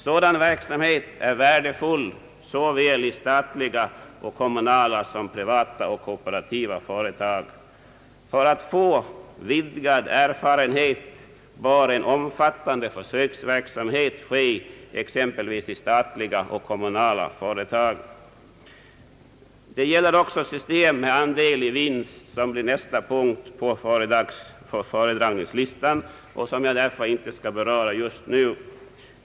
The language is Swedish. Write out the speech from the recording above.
Sådan verksamhet är värdefull såväl i statliga och kommunala som i privata och kooperativa företag. För att få vidgad erfarenhet bör en omfattande försöksverksamhet ske exempelvis i statliga och kommunala företag. System med andel i vinst blir nästa punkt på föredragningslistan, och jag skall därför inte beröra detta just nu.